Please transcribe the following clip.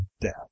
death